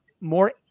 more